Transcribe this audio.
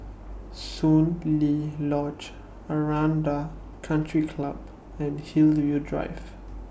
Soon Lee Lodge Aranda Country Club and Hillview Drive